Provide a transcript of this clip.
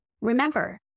Remember